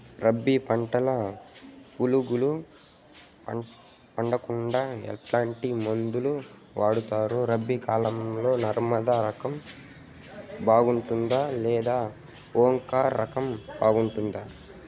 రబి పంటల పులుగులు పడకుండా ఎట్లాంటి మందులు వాడుతారు? రబీ కాలం లో నర్మదా రకం బాగుంటుందా లేదా ఓంకార్ రకం బాగుంటుందా?